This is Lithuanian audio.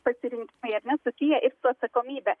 pasirinkimai ar ne susiję ir su atsakomybe